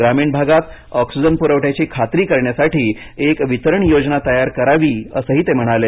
ग्रामीण भागात ऑक्सीजन पुरवठ्याची खात्री करण्यासाठी एक वितरण योजना तयार करावी असं ते म्हणाले